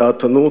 הדעתנות,